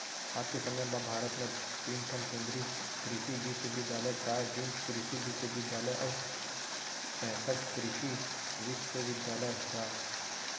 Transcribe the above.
आज के समे म भारत म तीन ठन केन्द्रीय कृसि बिस्वबिद्यालय, चार डीम्ड कृसि बिस्वबिद्यालय अउ चैंसठ कृसि विस्वविद्यालय ह